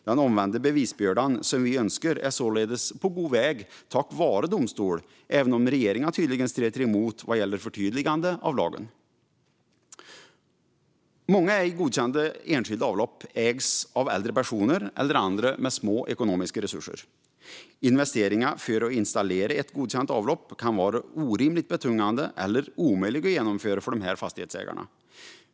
Den omvända bevisbördan som vi önskar är således på god väg tack vare domstolen även om regeringen tydligt stretar emot vad gäller förtydligande i lagen. Många ej godkända enskilda avlopp ägs av äldre personer eller andra med små ekonomiska resurser. Investeringen för att installera ett godkänt avlopp kan vara orimligt betungande eller omöjlig att genomföra för dessa fastighetsägare.